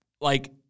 like-